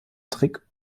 trick